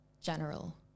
general